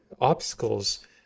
obstacles